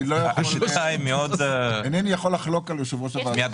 השיטה היא מאוד מאתגרת.